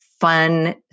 fun